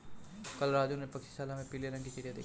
कल राजू ने पक्षीशाला में पीले रंग की चिड़िया देखी